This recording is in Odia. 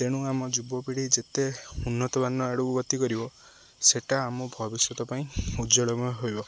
ତେଣୁ ଆମ ଯୁବପିଢ଼ି ଯେତେ ଉନ୍ନତମାନ ଆଡ଼କୁ ଗତି କରିବ ସେଟା ଆମ ଭବିଷ୍ୟତ ପାଇଁ ଉଜ୍ଜଵଳମୟ ହେବ